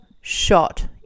shot